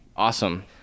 Awesome